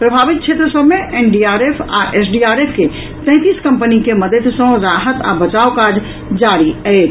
प्रभावित क्षेत्र सभ मे एनडीआरएफ आ एसडीआरएफ के तैंतीस कंपनी के मददि सँ राहत आ बचाव काज जारी अछि